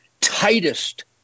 tightest